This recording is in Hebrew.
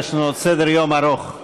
הסדרנים ילוו את